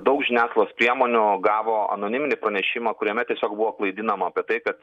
daug žiniasklaidos priemonių gavo anoniminį pranešimą kuriame tiesiog buvo klaidinama apie tai kad